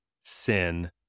sin